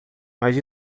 mas